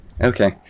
Okay